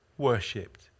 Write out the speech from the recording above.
Worshipped